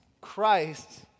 Christ